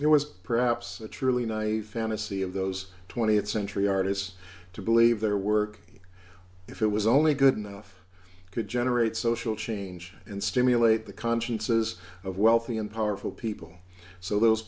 there was perhaps a truly naive fantasy of those twentieth century artists to believe their work if it was only good enough could generate social change and stimulate the consciences of wealthy and powerful people so those